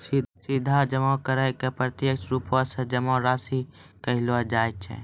सीधा जमा करै के प्रत्यक्ष रुपो से जमा राशि कहलो जाय छै